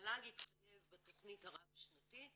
המל"ג התחייב בתכנית הרב שנתית